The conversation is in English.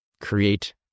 create